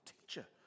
teacher